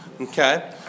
Okay